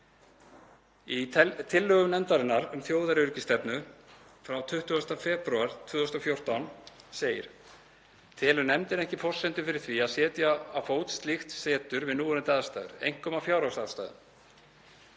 Í tillögum nefndarinnar um þjóðaröryggisstefnu frá 20. febrúar 2014 segir: „Telur nefndin ekki forsendur fyrir því að setja á fót slíkt setur við núverandi aðstæður, einkum af fjárhagsástæðum.